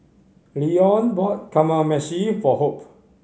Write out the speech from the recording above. Leone bought Kamameshi for Hope